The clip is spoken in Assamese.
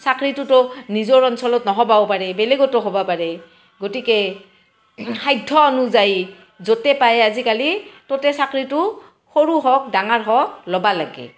চাকৰিটোতো নিজৰ অঞ্চলত নহ'বাও পাৰে বেলেগতো হ'ব পাৰে গতিকে সাধ্য অনুযায়ী য'তে পায় আজিকালি ত'তে চাকৰিটো সৰু হওক ডাঙৰ হওক ল'ব লাগে